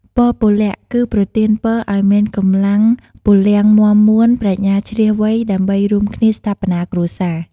ពរពលៈ គឺប្រទានពរឲ្យមានកម្លាំងពលំមាំមួន ប្រាជ្ញាឈ្លាសវៃ ដើម្បីរួមគ្នាស្ថាបនាគ្រួសារ។